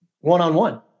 one-on-one